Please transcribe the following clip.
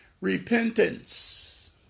Repentance